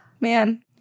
man